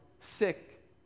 sick